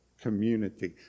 community